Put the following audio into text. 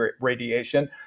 radiation